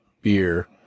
beer